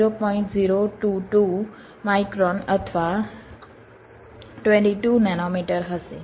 022 micron અથવા 22 nanometre હશે